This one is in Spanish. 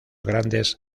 grandes